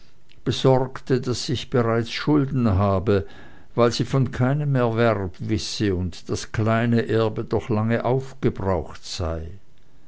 besorgte daß ich bereits schulden habe weil sie von keinem erwerb wisse und das kleine erbe doch lange aufgebraucht sei